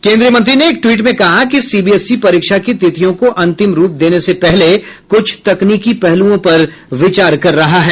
केंद्रीय मंत्री ने एक ट्वीट में कहा कि सीबीएसई परीक्षा की तिथियों को अंतिम रूप देने से पहले कुछ तकनीकी पहलुओं पर विचार कर रहा है